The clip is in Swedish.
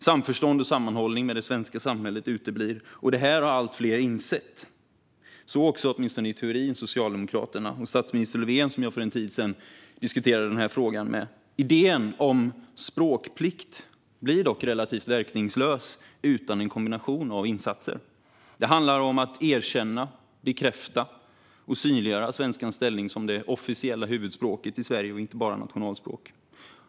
Samförstånd och sammanhållning med det svenska samhället uteblir. Detta har allt fler insett, så också - åtminstone i teorin - Socialdemokraterna och statsminister Löfven, som jag för en tid sedan diskuterade denna fråga med. Idén om språkplikt blir dock relativt verkningslös utan en kombination av insatser. Det handlar om att erkänna, bekräfta och synliggöra svenskans ställning som det officiella huvudspråket i vårt land och inte bara som nationalspråk.